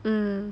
mm